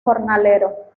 jornalero